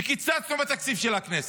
וקיצצנו בתקציב של הכנסת,